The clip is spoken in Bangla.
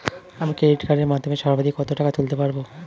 আমি ক্রেডিট কার্ডের মাধ্যমে সর্বাধিক কত টাকা তুলতে পারব?